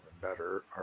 better